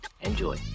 Enjoy